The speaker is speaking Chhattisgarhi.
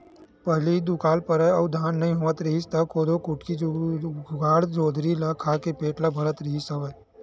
पहिली दुकाल परय अउ धान नइ होवत रिहिस त कोदो, कुटकी, जुवाड़, जोंधरी ल खा के पेट ल भरत रिहिस हवय